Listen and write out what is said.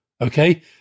Okay